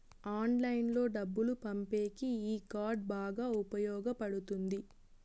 ఆన్లైన్లో డబ్బులు పంపేకి ఈ కార్డ్ బాగా ఉపయోగపడుతుంది